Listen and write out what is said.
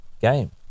game